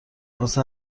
واسه